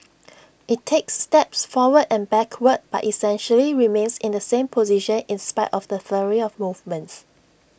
IT takes steps forward and backward but essentially remains in the same position in spite of the flurry of movements